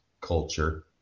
culture